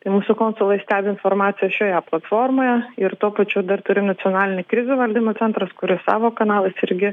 tai mūsų konsulai stebi informaciją šioje platformoje ir tuo pačiu dar turi nacionalinį krizių valdymo centras kuris savo kanalais irgi